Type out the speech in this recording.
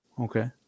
okay